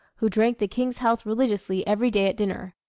who drank the king's health religiously every day at dinner.